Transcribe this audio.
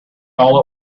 all